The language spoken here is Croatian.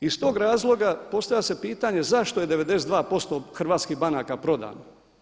Iz tog razloga postavlja se pitanje zašto je 92% hrvatskih banaka prodano?